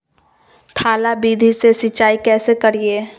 थाला विधि से सिंचाई कैसे करीये?